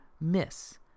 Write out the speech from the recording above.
miss